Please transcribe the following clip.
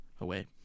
away